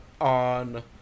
on